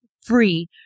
free